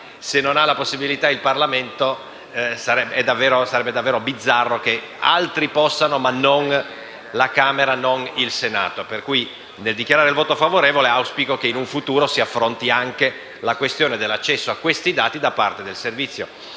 se non ha questa possibilità il Parlamento, sarebbe davvero bizzarro che altri possano averla, ma non la Camera e il Senato. Quindi, nel dichiarare il voto favorevole, auspico che in un futuro si affronti anche la questione dell'accesso a quei dati da parte dei Servizi